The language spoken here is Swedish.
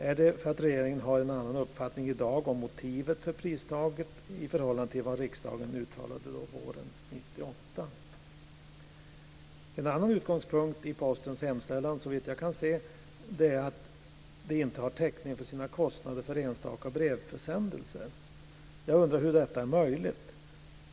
Är det för att regeringen har en annan uppfattning i dag om motivet för pristaket i förhållande till vad riksdagen uttalade då, våren 1998? En annan utgångspunkt i Postens hemställan är såvitt jag kan se att de inte har täckning för sina kostnader för enstaka brevförsändelser. Jag undrar hur detta är möjligt.